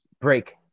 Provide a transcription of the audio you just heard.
break